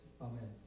Amen